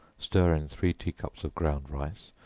stir in three tea-cups of ground rice,